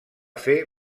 fer